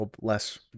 less